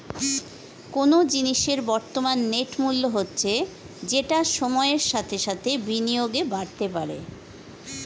কোনো জিনিসের বর্তমান নেট মূল্য হচ্ছে যেটা সময়ের সাথে সাথে বিনিয়োগে বাড়তে পারে